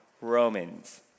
Romans